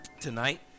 tonight